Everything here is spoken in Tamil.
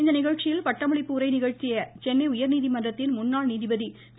இந்நிகழ்ச்சியில் பட்டமளிப்பு உரை நிகழ்த்திய சென்னை உயர்நீதிமன்றத்தின் முன்னாள் நீதிபதி திரு